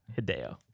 Hideo